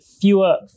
fewer